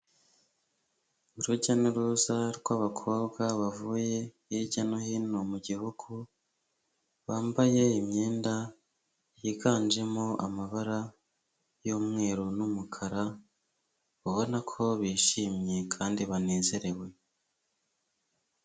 Urujya n'uruza rw'abakobwa bavuye hirya no hino mu gihugu, bambaye imyenda yiganjemo amabara y'umweru n'umukara, ubona ko bishimye kandi banezerewe.